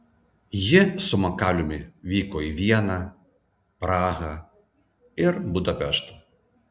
ji su makaliumi vyko į vieną prahą ir budapeštą